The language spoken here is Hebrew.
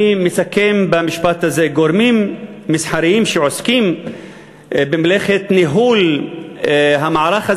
אני מסכם במשפט הזה: גורמים מסחריים שעוסקים במלאכת ניהול המערך הזה